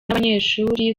n’abanyeshuri